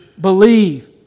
believe